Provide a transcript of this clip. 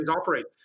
operate